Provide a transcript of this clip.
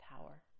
power